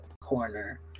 corner